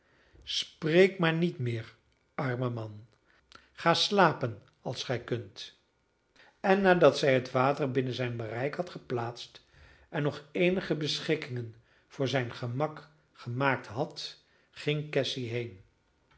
spreek maar niet meer arme man ga slapen als gij kunt en nadat zij het water binnen zijn bereik had geplaatst en nog eenige beschikkingen voor zijn gemak gemaakt had ging cassy heen